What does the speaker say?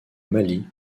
mali